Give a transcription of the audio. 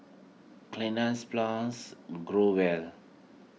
Cleanz Plus Growell